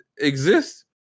exist